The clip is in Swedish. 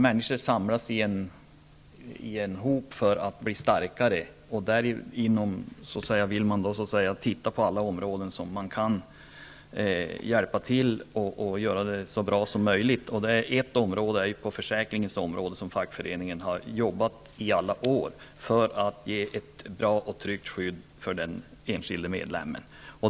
Människor samlas i en hop för att bli starkare. Då vill man titta på alla områden där man kan hjälpa till och göra det så bra som möjligt. Ett sådant område är försäkringsområdet. Där har fackföreningarna jobbat i alla år för att ge ett bra och tryggt skydd för den enskilde medlemmen.